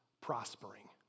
prospering